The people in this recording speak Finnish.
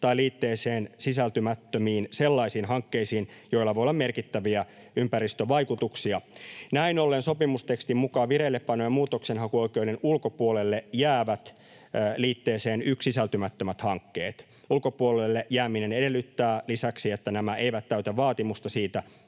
tai liitteeseen sisältymättömiin sellaisiin hankkeisiin, joilla voi olla merkittäviä ympäristövaikutuksia. Näin ollen sopimustekstin mukaan vireillepanojen muutoksenhakuoikeuden ulkopuolelle jäävät liitteeseen 1 sisältymättömät hankkeet. Ulkopuolelle jääminen edellyttää lisäksi, että nämä eivät täytä vaatimusta siitä,